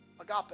agape